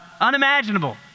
unimaginable